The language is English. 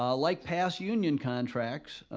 um like past union contracts,